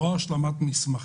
או מבקשים ממנו השלמת מסמכים.